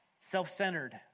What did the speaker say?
self-centered